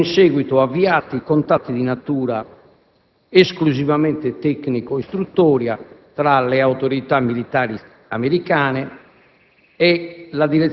Vengono in seguito avviati contatti di natura esclusivamente tecnico‑istruttoria tra le autorità militari americane